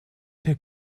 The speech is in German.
der